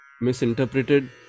misinterpreted